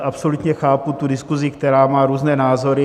Absolutně chápu tu diskuzi, která má různé názory.